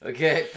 Okay